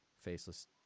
Faceless